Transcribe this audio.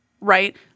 right